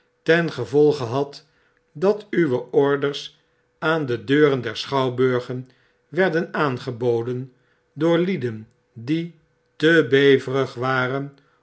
ten gevolge had dat uwe orders aan de deuren der schouwburgen werden aangeboden door lieden die te beverig waren